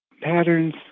patterns